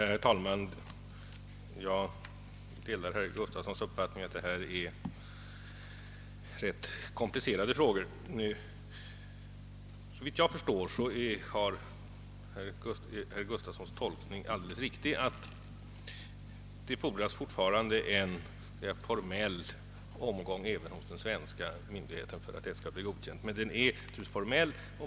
Herr talman! Jag delar herr Gustafssons i Borås uppfattning att detta är rätt komplicerade frågor. Såvitt jag förstår är herr Gustafssons tolkning alldeles riktig — att det fortfarande fordras en formell omgång även hos den svenska myndigheten för att en artikel skall bli godkänd.